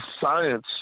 science